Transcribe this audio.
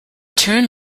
turn